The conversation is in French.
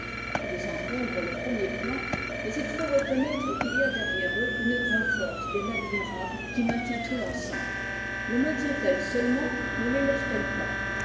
ils encombrent le premier plan mais il faut reconnaître qu'il y a derrière eux une grande force bien admirable qui maintient tout l'ensemble le maintient elle seulement ne télève t elle pas